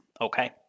Okay